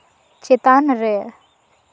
ᱪᱮᱛᱟᱱ ᱨᱮ